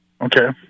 Okay